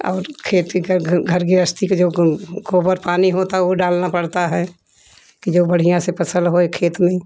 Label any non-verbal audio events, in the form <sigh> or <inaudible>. और खेती कर घर गृहस्थी <unintelligible> जब गोबर पानी होता वह डालना पड़ता है की जब बढ़िया से फसल होए खेत में